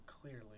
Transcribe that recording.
clearly